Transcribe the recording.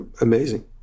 Amazing